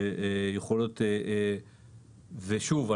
שיכולות --- ושוב,